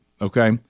okay